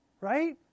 Right